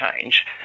change